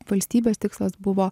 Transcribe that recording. valstybės tikslas buvo